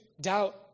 doubt